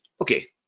okay